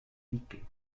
dique